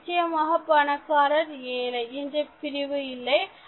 அது நிச்சயமாக பணக்காரர் ஏழை என்ற பிரிவு இல்லை